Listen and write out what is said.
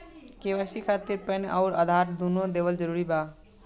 KYC खातिर PAN आउर आधार दुनों देवल जरूरी बा?